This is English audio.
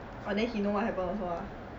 oh then he know what happen also uh